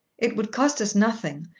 it would cost us nothing,